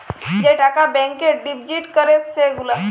যে টাকা ব্যাংকে ডিপজিট ক্যরে সে গুলা